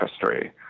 history